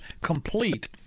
complete